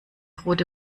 rote